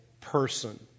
person